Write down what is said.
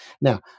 Now